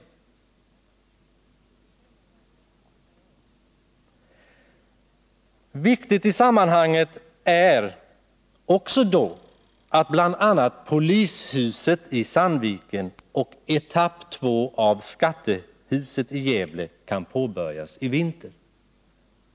Viktigt i sammanhanget är också att bl.a. polishuset i Sandviken och etapp 2 av skattehuset i Gävle kan påbörjas i vinter.